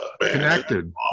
Connected